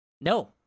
No